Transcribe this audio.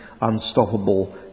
unstoppable